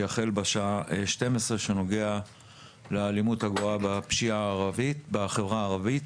שיחל בשעה 12:00, והוא נוגע לפשיעה בחברה הערבית.